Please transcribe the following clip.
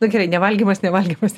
na gerai nevalgymas nevalgymas